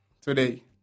today